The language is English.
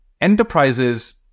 enterprises